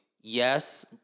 yes